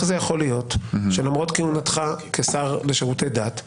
זה יכול להיות שלמרות כהונתך כשר לשירותי דת,